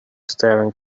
staring